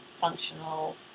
functional